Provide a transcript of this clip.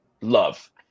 love